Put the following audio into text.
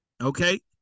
Okay